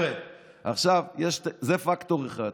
זה פקטור אחד.